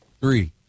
Three